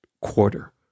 quarter